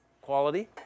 quality